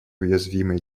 уязвимой